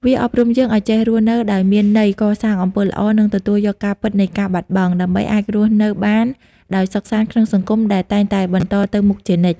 វាអប់រំយើងឲ្យចេះរស់នៅដោយមានន័យ កសាងអំពើល្អ និងទទួលយកការពិតនៃការបាត់បង់ ដើម្បីអាចរស់នៅបានដោយសុខសាន្តក្នុងសង្គមដែលតែងតែបន្តទៅមុខជានិច្ច។